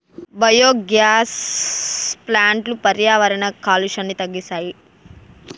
biogas power ప్లాంట్లు పర్యావరణ కాలుష్యాన్ని తగ్గిస్తాయి